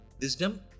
wisdom